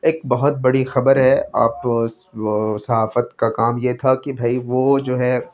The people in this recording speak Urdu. ایک بہت بڑی خبر ہے آپ صحافت کا کام یہ تھا کہ بھائی وہ جو ہے